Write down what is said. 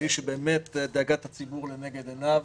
ואיש שדאגת הציבור לנגד עיניו.